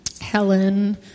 Helen